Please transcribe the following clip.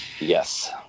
yes